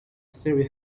stereo